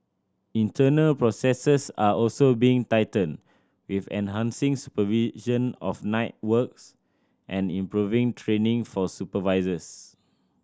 internal processes are also being tightened with enhancing supervision of night works and improving training for supervisors